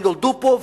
הם נולדו פה.